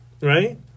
right